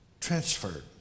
transferred